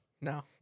No